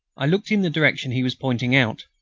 i looked in the direction he was pointing out.